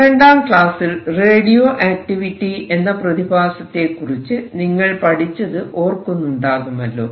പന്ത്രണ്ടാം ക്ലാസ്സിൽ radioactivity എന്ന പ്രതിഭാസത്തെ കുറിച്ച് നിങ്ങൾ പഠിച്ചത് ഓർക്കുന്നുണ്ടാകുമല്ലോ